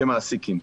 כמעסיקים.